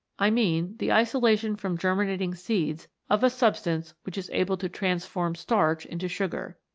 i mean the isolation from germinating seeds of a substance which is able to transform starch into sugar.